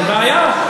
אין בעיה,